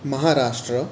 Maharashtra